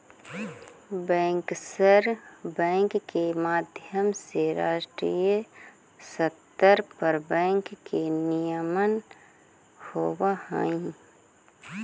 bankers bank के माध्यम से राष्ट्रीय स्तर पर बैंक के नियमन होवऽ हइ